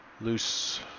loose